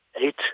eight